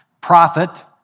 prophet